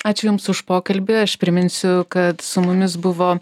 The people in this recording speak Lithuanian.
ačiū jums už pokalbį aš priminsiu kad su mumis buvo